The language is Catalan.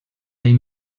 ell